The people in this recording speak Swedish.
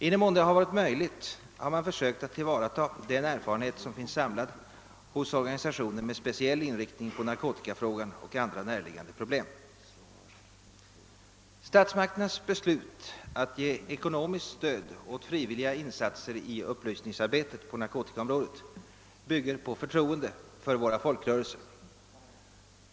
I den mån det har varit möjligt har man försökt att tillvarata den erfarenhet som finns samlad hos organisationer med speciell inriktning på narkotikafrågan och andra närliggande problem. Statsmakternas beslut att ge ekonomiskt stöd åt frivilliga insatser i upplysningsarbetet på narkotikaområdet bygger på förtroende för våra folkrörelser.